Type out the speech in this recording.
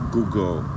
Google